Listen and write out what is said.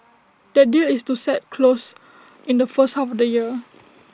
that deal is set to close in the first half of this year